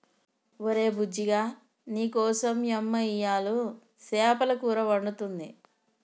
ఒరే బుజ్జిగా నీకోసం యమ్మ ఇయ్యలు సేపల కూర వండుతుంది